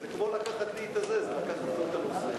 לוועדת החינוך,